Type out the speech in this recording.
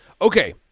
okay